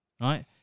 right